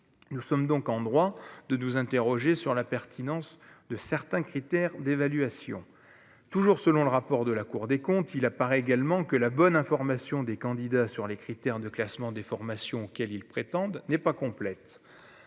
nous sommes donc en droit de nous interroger sur la pertinence de certains critères d'évaluation, toujours selon le rapport de la Cour des comptes, il apparaît également que la bonne information des candidats sur les critères de classement des formations, quels ils prétendent n'est pas complète